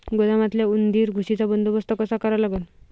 गोदामातल्या उंदीर, घुशीचा बंदोबस्त कसा करा लागन?